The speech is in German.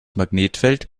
magnetfeld